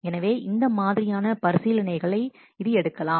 எனவே இந்த மாதிரியான பரிசீலனைகள் இது எடுக்கலாம்